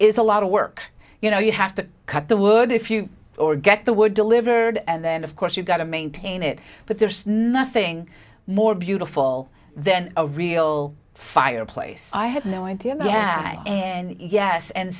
is a lot of work you know you have to cut the wood if you forget the word delivered and then of course you've got to maintain it but there's nothing more beautiful than a real fireplace i have no idea where and yes and